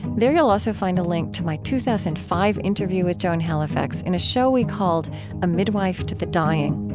there, you'll also find a link to my two thousand and five interview with joan halifax, in a show we called a midwife to the dying.